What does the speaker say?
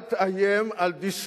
אל תאיים על דיסקין.